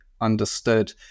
understood